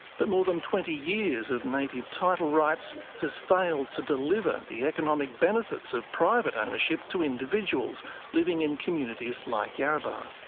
but more than twenty years of native title rights has failed to deliver the economic benefits of private ownership to individuals living in communities like yarrabah.